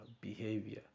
behavior